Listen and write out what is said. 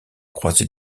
croisée